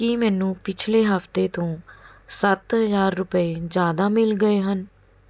ਕੀ ਮੈਨੂੰ ਪਿਛਲੇ ਹਫ਼ਤੇ ਤੋਂ ਸੱਤ ਹਜ਼ਾਰ ਰੁਪਏ ਜ਼ਿਆਦਾ ਮਿਲ ਗਏ ਹਨ